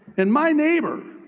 and my neighbor,